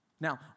Now